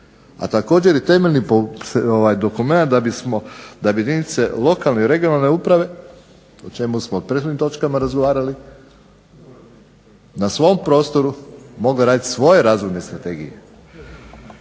a također i temeljni dokumenat da bi jedinice lokalne i regionalne uprave o čemu smo u prethodnim točkama razgovarali na svom prostoru mogao raditi svoje razvojne strategije.